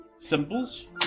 Symbols